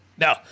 No